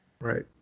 right